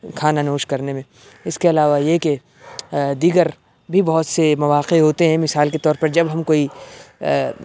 کھانا نوش کرنے میں اس کے علاوہ یہ کہ دیگر بھی بہت سے مواقع ہوتے ہیں مثال کے طور پر جب ہم کوئی